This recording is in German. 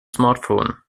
smartphone